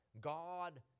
God